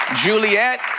Juliet